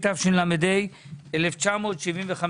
התשל"ה-1975.